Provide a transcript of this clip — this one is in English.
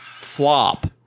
flop